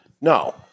no